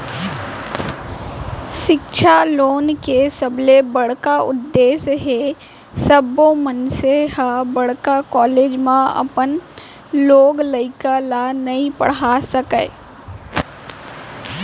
सिक्छा लोन के सबले बड़का उद्देस हे सब्बो मनसे ह बड़का कॉलेज म अपन लोग लइका ल नइ पड़हा सकय